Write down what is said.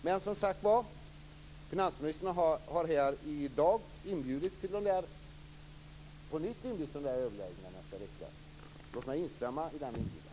Men som sagt var: Finansministern har här i dag på nytt inbjudit till överläggningarna i nästa vecka. Låt mig instämma i denna inbjudan.